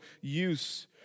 use